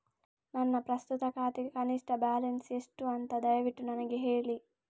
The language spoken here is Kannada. ನನ್ನ ಪ್ರಸ್ತುತ ಖಾತೆಗೆ ಕನಿಷ್ಠ ಬ್ಯಾಲೆನ್ಸ್ ಎಷ್ಟು ಅಂತ ದಯವಿಟ್ಟು ನನಗೆ ಹೇಳಿ